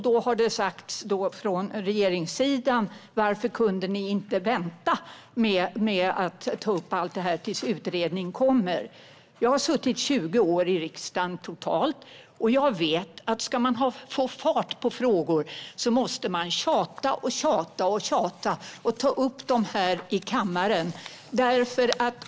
Det har då sagts från regeringssidan: Varför kunde ni inte vänta med att ta upp allt det här tills utredningen kommer? Jag har suttit i riksdagen i totalt 20 år och vet att om man ska få fart på frågor måste man tjata och tjata och ta upp dem här i kammaren.